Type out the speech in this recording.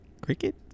Cricket